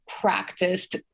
practiced